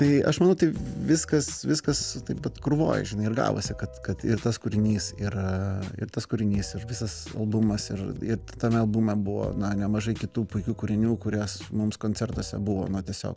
tai aš manau tai viskas viskas taip vat krūvoj žinai ir gavosi kad kad ir tas kūrinys yra ir tas kūrinys ir visas albumas ir ir tame albume buvo na nemažai kitų puikių kūrinių kuriuos mums koncertuose buvo na tiesiog